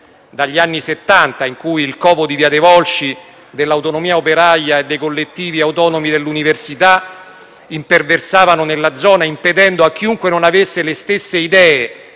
dagli anni Settanta, quando il covo di via dei Volsci dell'Autonomia operaia e dei collettivi autonomi dell'università imperversavano nella zona, impedendo a chiunque non avesse le stesse idee